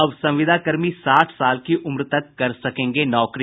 अब संविदा कर्मी साठ साल की उम्र तक कर सकेंगे नौकरी